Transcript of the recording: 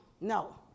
No